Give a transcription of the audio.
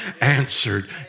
answered